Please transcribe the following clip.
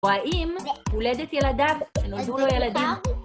ואם הולדת ילדיו, תנדבו לו ילדים.